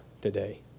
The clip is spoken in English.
today